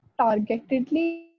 targetedly